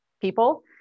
people